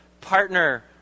Partner